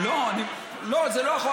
לא, זה לא.